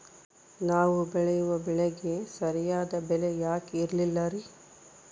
ನಾವು ಬೆಳೆಯುವ ಬೆಳೆಗೆ ಸರಿಯಾದ ಬೆಲೆ ಯಾಕೆ ಇರಲ್ಲಾರಿ?